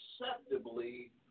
acceptably